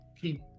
keep